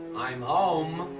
i'm home.